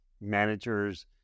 managers